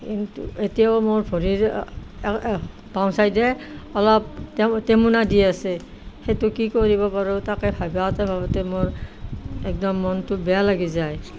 কিন্তু এতিয়াও মোৰ ভৰিৰ বাওঁ ছাইডে অলপ টে টেমুনা দি আছে সেইটো কি কৰিব পাৰোঁ তাকে ভাবোঁতে ভাবোঁতে মোৰ একদম মনটো বেয়া লাগি যায়